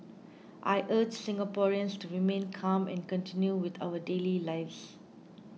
I urge Singaporeans to remain calm and continue with our daily lives